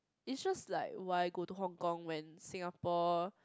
it's just like why go to Hong Kong when Singapore